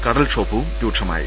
കടൽക്ഷോഭവും രൂക്ഷമാ യി